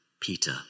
Peter